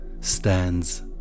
stands